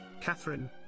Catherine